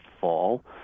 fall